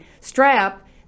strap